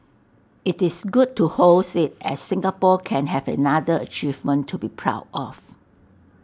IT is good to host IT as Singapore can have another achievement to be proud of